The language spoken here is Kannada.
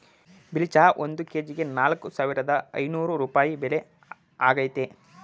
ಬಿಳಿ ಚಹಾ ಒಂದ್ ಕೆಜಿಗೆ ನಾಲ್ಕ್ ಸಾವಿರದ ಐನೂರ್ ರೂಪಾಯಿ ಬೆಲೆ ಆಗೈತೆ